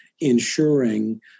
ensuring